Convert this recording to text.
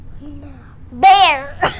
Bear